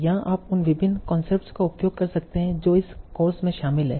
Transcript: यहां आप उन विभिन्न कॉन्सेप्ट्स का उपयोग कर सकते हैं जो इस कोर्स में शामिल हैं